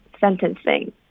sentencing